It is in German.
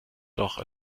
doch